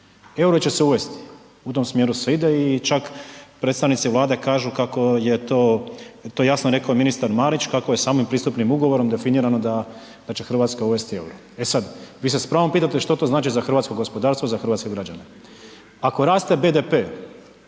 EUR-o će se uvesti, u tom smjeru se ide i čak predstavnici Vlade kažu kako je to, to je jasno rekao ministar Marić kako je samim pristupnim ugovorom definirano da će Hrvatska uvesti EUR-o. E sad, vi se s pravom pitate što to znači za hrvatsko gospodarstvo, za hrvatske građane. Ako raste BDP